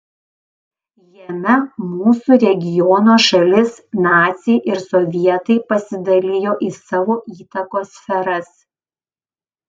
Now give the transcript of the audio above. jame mūsų regiono šalis naciai ir sovietai pasidalijo į savo įtakos sferas